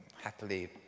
happily